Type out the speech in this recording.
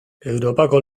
europako